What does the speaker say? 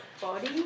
body